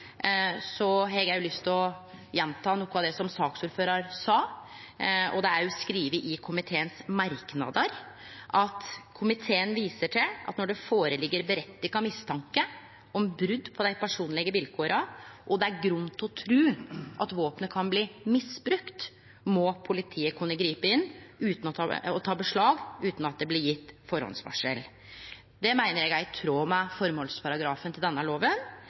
det som saksordføraren sa. Det er skrive i komiteens merknader: «Komiteen viser til at når det foreligger berettiget mistanke om brudd på de personlige vilkårene, og det er grunn til å tro at våpenet kan bli misbrukt, må politiet kunne gripe inn og ta beslag uten at det blir gitt forhåndsvarsel.» Dette meiner eg er i tråd med føremålsparagrafen til denne